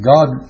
God